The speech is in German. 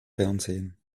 fernsehen